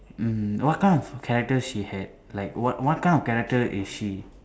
mm what kind of character she had like what what kind of character is she